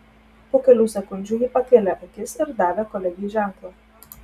po kelių sekundžių ji pakėlė akis ir davė kolegei ženklą